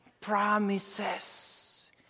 promises